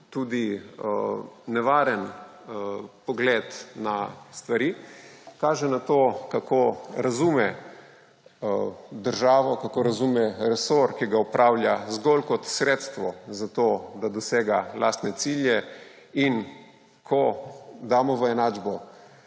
tudi nevaren pogled na stvari. Kaže na to, kako razume državo, kako razume resor, ki ga upravlja − zgolj kot sredstvo za to, da dosega lastne cilje. In ko damo v enačbo